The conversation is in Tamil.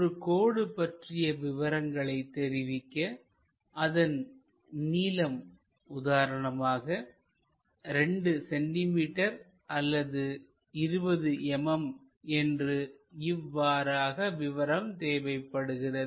ஒரு கோடு பற்றிய விவரங்களை தெரிவிக்க அதன் நீளம் உதாரணமாக 2 cm அல்லது 20 mm என்று இவ்வாறாக விவரம் தேவைப்படுகிறது